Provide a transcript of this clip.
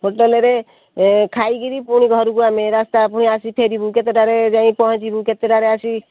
ହୋଟେଲରେ ଖାଇକରି ପୁଣି ଘରକୁ ଆମେ ରାସ୍ତା ପୁଣି ଆସି ଫେରିବୁ କେତେଟାରେ ଯାଇ ପହଞ୍ଚିବୁ କେତେଟାରେ ଆସି